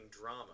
drama